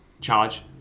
Charge